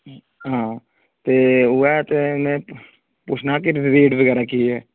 हां ते उ'यै ते में पुच्छना हा के रेट बगैरा केह् ऐ